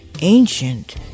ancient